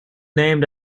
named